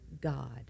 God